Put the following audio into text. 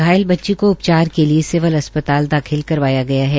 घायल बच्ची को उपचार के लिये सिविल अस्पताल दाखिल करवाया गया है